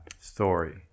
story